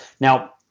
now